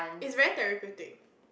it's very therapeutic